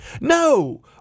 no